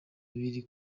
biri